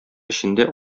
эчендә